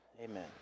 Amen